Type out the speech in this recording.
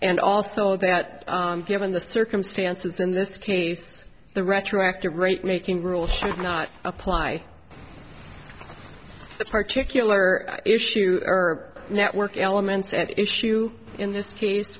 and also that given the circumstances in this case the retroactive rate making rule should not apply particularly issue or network elements at issue in this case